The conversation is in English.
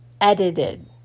edited